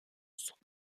sont